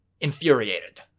infuriated